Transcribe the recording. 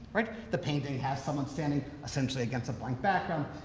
right? the painting has someone standing essentially against a blank background.